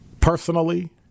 personally